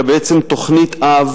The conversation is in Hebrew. בעצם תוכנית-אב